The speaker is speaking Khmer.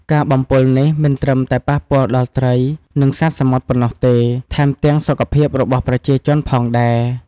ការបំពុលនេះមិនត្រឹមតែប៉ះពាល់ដល់ត្រី និងសត្វសមុទ្រប៉ុណ្ណោះទេ ថែមទាំងសុខភាពរបស់ប្រជាជនផងដែរ។